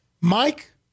Mike